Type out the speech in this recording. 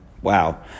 Wow